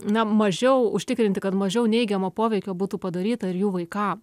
na mažiau užtikrinti kad mažiau neigiamo poveikio būtų padaryta ir jų vaikam